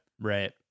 Right